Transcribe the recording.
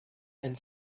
and